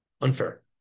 Unfair